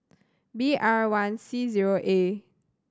B R one C zero A